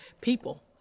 people